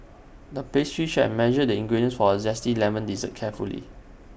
the pastry chef measured the ingredients for A Zesty Lemon Dessert carefully